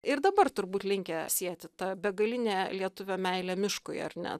ir dabar turbūt linkę sieti tą begalinę lietuvio meilę miškui ar ne